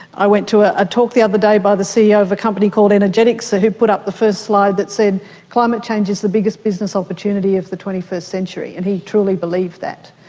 i went to a ah talk the other day by the ceo of a company called energetics ah who put up the first slide that said climate change is the biggest business opportunity of the twenty first century, and he truly believed that.